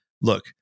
look